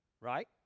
right